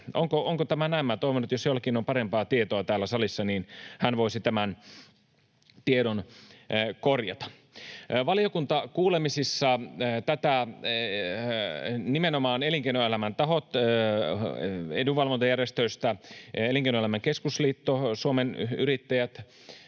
Onko tämä näin? Minä toivon, että jos jollakin on parempaa tietoa täällä salissa, niin hän voisi tämän tiedon korjata. Valiokuntakuulemisissa nimenomaan elinkeinoelämän tahot — edunvalvontajärjestöistä Elinkeinoelämän keskusliitto, Suomen Yrittäjät,